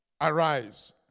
Arise